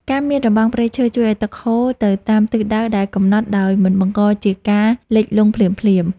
ការមានរបាំងព្រៃឈើជួយឱ្យទឹកហូរទៅតាមទិសដៅដែលកំណត់ដោយមិនបង្កជាការលិចលង់ភ្លាមៗ។